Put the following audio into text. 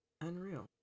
unreal